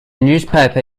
newspaper